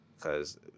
cause